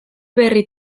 berri